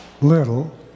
little